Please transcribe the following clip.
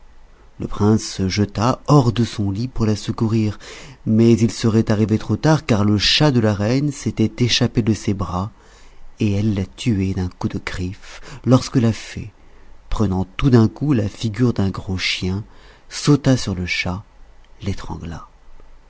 le prince se jeta hors de son lit pour la secourir mais il serait arrivé trop tard car le chat de la reine s'était échappé de ses bras et allait la tuer d'un coup de griffe lorsque la fée prenant tout d'un coup la figure d'un gros chien sauta sur le chat l'étrangla